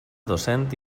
docent